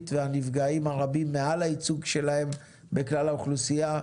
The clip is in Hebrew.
והנפגעים הרבים מעל הייצוג שלהם בכלל האוכלוסייה,